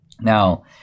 Now